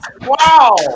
Wow